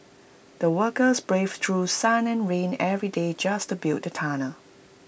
the workers braved through sun and rain every day just to build the tunnel